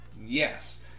Yes